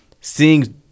seeing